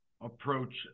approach